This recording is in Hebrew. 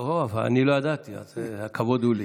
אוהו, ואני לא ידעתי, אז הכבוד הוא לי.